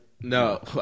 No